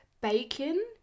bacon